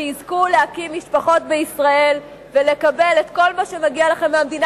שתזכו להקים משפחות בישראל ולקבל את כל מה שמגיע לכן מהמדינה,